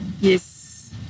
Yes